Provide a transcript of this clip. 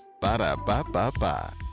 Ba-da-ba-ba-ba